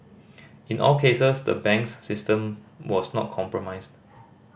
in all cases the banks system was not compromised